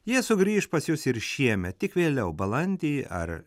jie sugrįš pas jus ir šiemet tik vėliau balandį ar